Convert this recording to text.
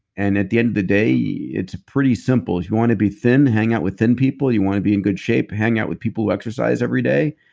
and at the end of the day, it's pretty simple. if you wanna be thin, hang out with thin people you wanna be in good shape, hang out with people who exercise everyday.